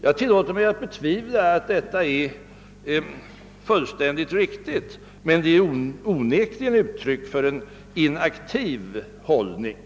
Jag tillåter mig betvivla att detta är fullständigt riktigt, men det är onekligen ett uttryck för en inaktiv hållning.